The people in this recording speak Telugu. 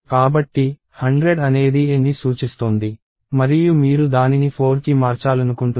కాబట్టి 100 అనేది aని సూచిస్తోంది మరియు మీరు దానిని 4కి మార్చాలనుకుంటున్నారు